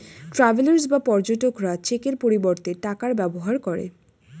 travellers বা পর্যটকরা চেকের পরিবর্তে টাকার ব্যবহার করে